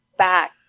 back